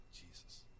Jesus